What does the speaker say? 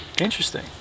interesting